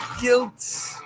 Guilt